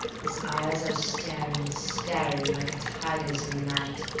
his eyes are staring, staring like a tiger's in the night.